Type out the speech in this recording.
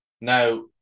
Now